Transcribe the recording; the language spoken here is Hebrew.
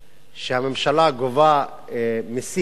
שהממשלה גובה מסים מהאזרחים,